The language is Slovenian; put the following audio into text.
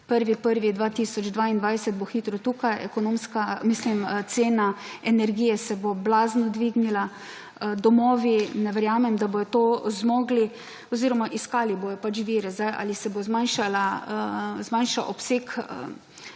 1. 1. 2022 bo hitro tukaj. Cena energije se bo blazno dvignila, domovi ne verjamem, da bodo to zmogli oziroma iskali bodo pač vire ali se bo zmanjšal obseg